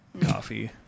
coffee